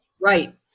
right